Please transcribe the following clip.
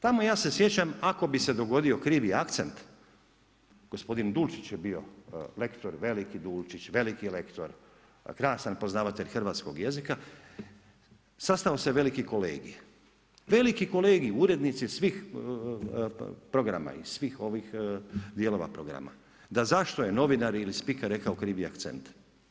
Tamo ja se sjećam ako bi se dogodio krivi akcent gospodin Dulčić je bio rektor veliki Dulčić, veliki lektor, krasan poznavatelj hrvatskog jezika, sastao se veliki kolegij, veliki kolegij, urednici svih programa i svih dijelova programa da zašto je novinar ili spiker rekao krivi akcent.